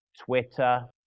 Twitter